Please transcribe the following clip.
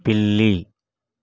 పిల్లి